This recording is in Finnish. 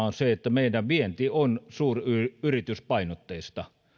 on se että meidän vientimme on suuryrityspainotteista